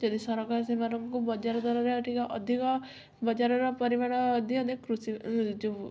ଯଦି ସରକାର ସେମାନଙ୍କୁ ବଜାର ଦରରେ ଆଉ ଟିକେ ଅଧିକ ବଜାରର ପରିମାଣ ଦିଅନ୍ତେ କୃଷିର ଯେଉଁ